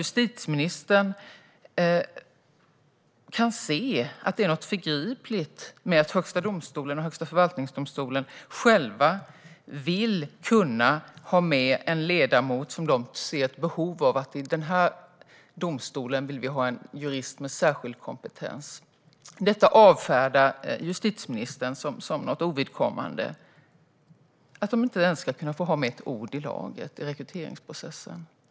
Justitieministern kan inte se att det är något förgripligt med att Högsta domstolen och Högsta förvaltningsdomstolen själva inte ens ska kunna få ha med ett ord i laget i rekryteringsprocessen, även om de vill kunna ha med en ledamot som de ser ett behov av i domstolen eller vill ha en jurist med särskild kompetens. Detta avfärdar justitieministern som något ovidkommande.